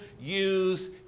use